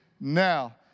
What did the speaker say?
now